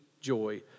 joy